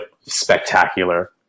spectacular